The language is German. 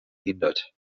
hindert